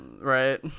Right